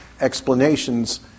explanations